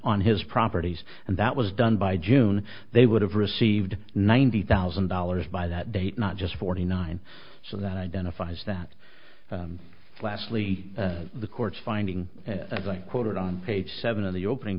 on his properties and that was done by june they would have received ninety thousand dollars by that date not just forty nine so that identifies that lastly the court's finding as i quoted on page seven of the opening